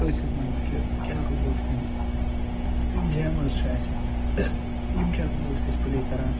أتھۍ سۭتۍ وَنہٕ بہٕ کہِ کیٛاہ روٗل چھِ یِم گیمٕز چھِ اَسہِ یِم کیٛاہ روٗل چھِ اَسہِ پٕلے کَران